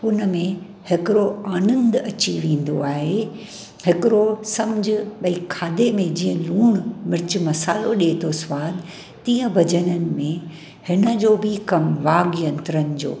हुनमें हिकिड़ो आनंदु अची वेंदो आहे हिकिड़ो सम्झि भई खाधे में जीअं लूण मिर्च मसालो ॾिए थो स्वादु तीअं भजननि में हिनजो बि कमु वाघ यंत्रनि जो